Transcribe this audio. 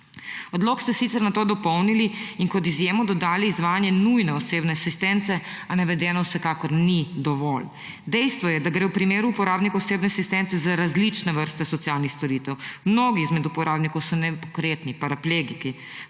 Odlok ste sicer nato dopolnili in kot izjemo dodali izvajanje nujne osebne asistence, a navedeno vsekakor ni dovolj. Dejstvo, da je gre v primeru uporabnikov osebne asistence za različne vrste socialnih storitev. Mnogi izmed uporabnikov so nepokretni, paraplegiki.